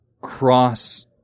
cross